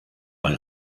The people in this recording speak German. bei